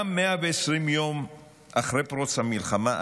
אדוני יושב-ראש הכנסת,